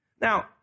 Now